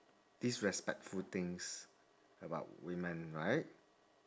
disrespectful things about women right